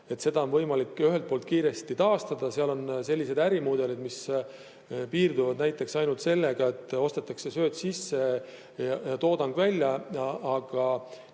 seda on võimalik ühelt poolt kiiresti taastada, seal on sellised ärimudelid, mis piirduvad näiteks ainult sellega, et ostetakse sööt sisse ja toodang [läheb]